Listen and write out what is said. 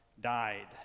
died